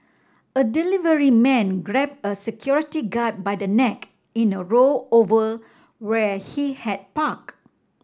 a delivery man grabbed a security guard by the neck in a row over where he had parked